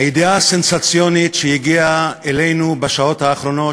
הידיעה הסנסציונית שהגיעה אלינו בשעות האחרונות,